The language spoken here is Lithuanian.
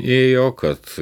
ėjo kad